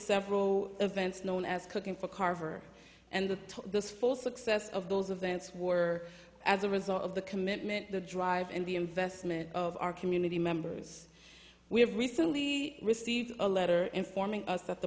several events known as cooking for carver and the those full success of those of the ants were as a result of the commitment the drive and the investment of our community members we have recently received a letter informing us